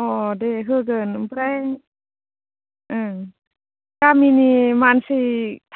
अह दे होगोन ओमफ्राय ओं गामिनि मानसि